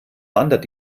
wandert